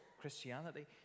Christianity